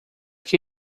que